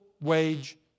wage